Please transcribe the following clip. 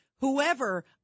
whoever